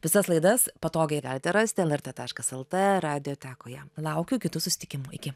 visas laidas patogiai galite rasti lrt taškas lt radijotekoje laukiu kitų susitikimų iki